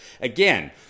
Again